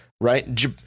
right